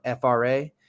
FRA